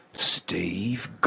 Steve